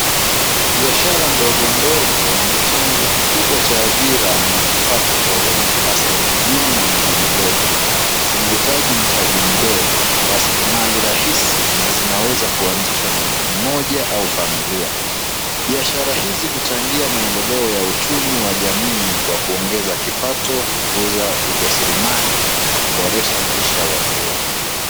Biashara ndogo ndogo ni chanzo kikubwa cha ajira na kipato cha wengi haswa vijijini na miji midogo. Zinahitaji mtaji mdogo, rasilimali rahisi na zinaweza kuanzishwa na mtu mmoja au familia. Biashara hizi huchangia maendeleo ya uchumi wa jamii kwa kuongezaa kipato kuguza rasilimali kuboresha maisha ya watu wengi.